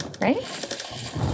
Right